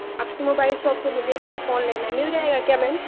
आपकी mobile shop पर मुझे एक फोन लेना है मिल जाएगा क्या मैम